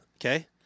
okay